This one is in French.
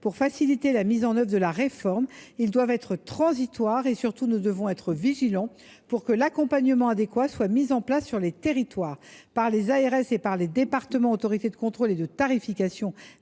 pour faciliter la mise en œuvre de la réforme. Ils doivent être transitoires et, surtout, nous devons être vigilants pour qu’un accompagnement adéquat soit mis en place dans les territoires par les ARS et les conseils départementaux, autorités de contrôle et de tarification